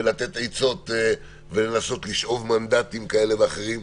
לתת עצות ולנסות לשאוב מנדטים כאלה ואחרים.